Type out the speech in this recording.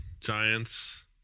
Giants